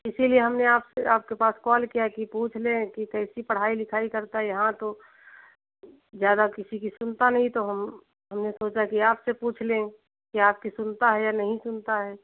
इसलिए हमने आपसे आपके पास कॉल किया कि पुछ लें कि कैसी पढ़ाई लिखाई करता यहाँ तो ज्याज़्यादादा किसी की सुनता नहीं तो हम हमने सोचा कि आपसे पुछ लें कि आपकी सुनता है या नहीं सुनता है